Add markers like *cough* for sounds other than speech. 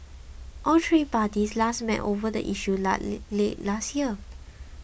all three parties last met over the issue *unintelligible* late last year